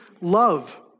love